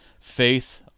faith